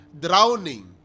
drowning